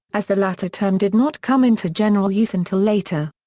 as the latter term did not come into general use until later.